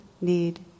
need